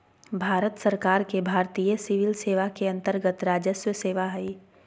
भारत सरकार के भारतीय सिविल सेवा के अन्तर्गत्त राजस्व सेवा हइ